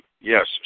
yes